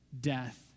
death